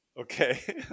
Okay